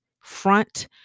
Front